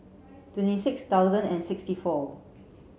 twenty six thousand and sixty four